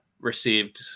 received